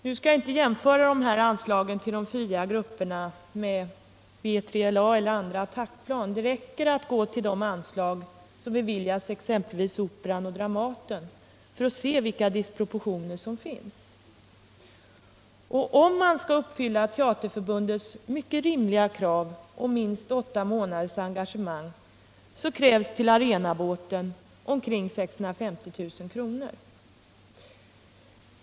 Nu skall jag inte jämföra anslagen till de fria teatergrupperna med anslag till exempelvis B3LA eller andra attackplan, utan det räcker med att gå till de anslag som beviljats till exempelvis Operan eller Dramaten för att man skall kunna se vilka disproportioner som finns mellan olika anslag. Om Teaterförbundets mycket rimliga krav på minst åtta månaders engagemang skall uppfyllas krävs till Arenateaterbåten anslag på omkring 650 000 kr.